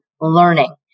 learning